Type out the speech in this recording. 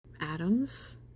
atoms